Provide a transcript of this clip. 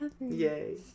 Yay